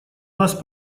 нас